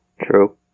true